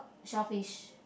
shellfish